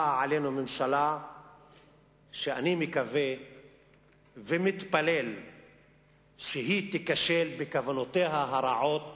ובאה עלינו ממשלה שאני מקווה ומתפלל שהיא תיכשל בכוונותיה הרעות